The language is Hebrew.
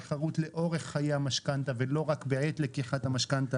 היתה עוד הסכמה שלא מומשה על הנחה יותר משמעותית בעמלת הפירעון המוקדם,